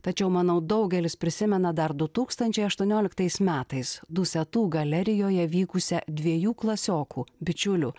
tačiau manau daugelis prisimena dar du tūkstančiai aštuonioliktais metais dusetų galerijoje vykusią dviejų klasiokų bičiulių